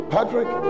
Patrick